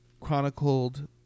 chronicled